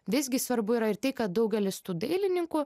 visgi svarbu yra ir tai kad daugelis tų dailininkų